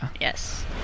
Yes